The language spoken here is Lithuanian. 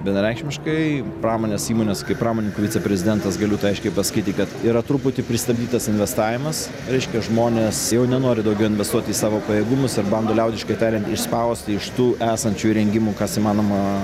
vienareikšmiškai pramonės įmonės kaip pramonininkų viceprezidentas galiu tai aiškiai pasakyti kad yra truputį pristabdytas investavimas reiškia žmonės jau nenori daugiau investuoti į savo pajėgumus ir bando liaudiškai tariant išspausti iš tų esančių įrengimų kas įmanoma